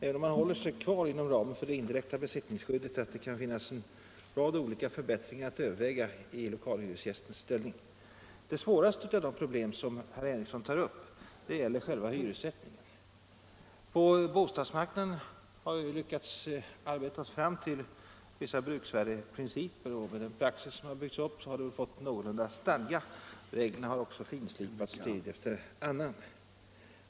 Även om man håller sig kvar inom ramen för indirekt besittningsskydd hindrar det inte att det kan finnas en rad olika förbättringar att överväga i lokalhyresgästens ställning. Det svåraste av de problem som herr Henrikson tar upp gäller själva hyressättningen. På bostadsmarknaden har vi lyckats arbeta oss fram till vissa bruksvärdeprinciper, som med den praxis som byggts upp har fått någorlunda stadga. Reglerna har också finslipats tid efter annan.